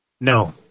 No